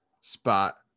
spot